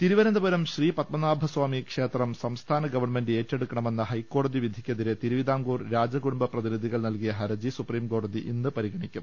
തിരുവനന്തപുരം ശ്രീപത്മനാഭസ്വാമി ക്ഷേത്രം സംസ്ഥാന ഗവൺമെൻറ് ഏറ്റെടുക്കണമെന്ന ഹൈക്കോടതി വിധിക്കെതിരെ തിരുവിതാംകൂർ രാജകുടുംബ പ്രതിനിധികൾ നൽകിയ ഹരജി സുപ്രീംകോടതി ഇന്ന് പരിഗണിക്കും